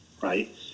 right